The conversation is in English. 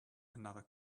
another